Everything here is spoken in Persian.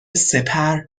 سپر